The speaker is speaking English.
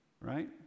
right